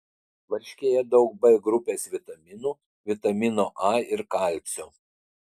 varškėje daug b grupės vitaminų vitamino a ir kalcio